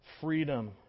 freedom